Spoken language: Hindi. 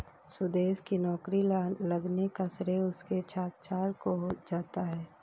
सुदेश की नौकरी लगने का श्रेय उसके साक्षात्कार को जाता है